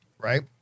Right